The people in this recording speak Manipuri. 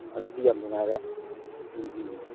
ꯑꯗꯨꯗꯤ ꯌꯥꯝ ꯅꯨꯡꯉꯥꯏꯔꯦ ꯎꯝ ꯎꯝ